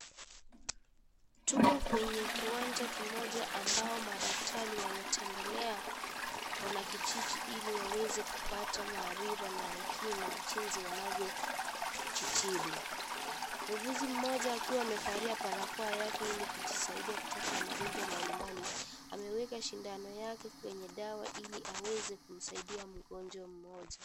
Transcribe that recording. Tuko kwenye kiwanja kimoja ambao madaktari wametembelea wanakijiji ili waweze kupata maarifa na hekima jinsi wanavyojitibu. Muuguzi mmoja akiwa amevalia barakoa yake ili kujisaidia kutokana magonjwa mbalimbali ameweka shindano yake kwenye dawa ili aweze kumsaidia mgonjwa mmoja.